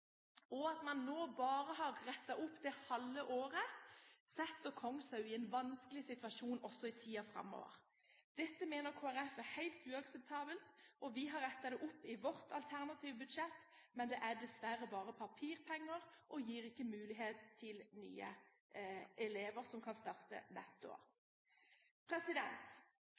og at man nå bare har rettet opp det halve året, setter Kongshaug i en vanskelig situasjon også i tiden framover. Dette mener Kristelig Folkeparti er helt uakseptabelt. Vi har rettet det opp i vårt alternative budsjett, men det er dessverre bare papirpenger og gir ikke mulighet til nye elever som kan starte neste